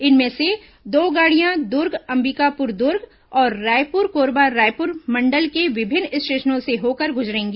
इनमें से दो गाड़ियां दुर्ग अंबिकापुर दुर्ग और रायपुर कोरबा रायपुर मंडल के विभिन्न स्टेशनों से होकर गुजरेगी